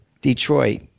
Detroit